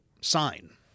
sign